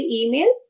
email